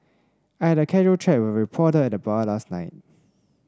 I had a casual chat with a reporter at the bar last night